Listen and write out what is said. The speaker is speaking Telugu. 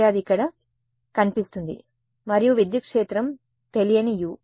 కాబట్టి అది అక్కడ కనిపిస్తుంది మరియు విద్యుత్ క్షేత్రం తెలియని u